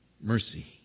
mercy